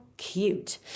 cute